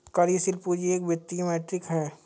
कार्यशील पूंजी एक वित्तीय मीट्रिक है